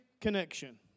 Connection